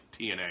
TNA